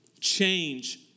Change